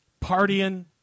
Partying